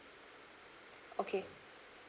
okay